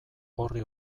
orri